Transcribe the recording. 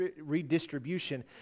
redistribution